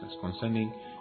concerning